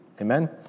Amen